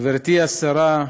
גברתי השרה,